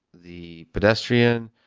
the pedestrian,